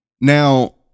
Now